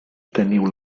teniu